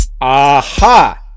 Aha